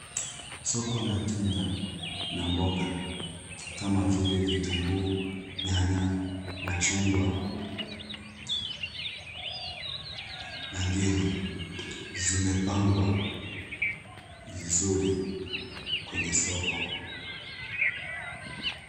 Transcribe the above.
Soko la tunda na mboga. Kama vile vitunguu, nyanya, machungwa na ndimu. Zimepangwa vizuri kwenye soko.